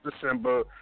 December